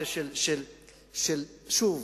שוב,